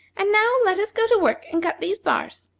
and now let us go to work and cut these bars.